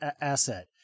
asset